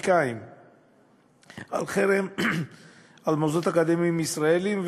אמריקניים-אסייתיים חרם על מוסדות אקדמיים ישראליים,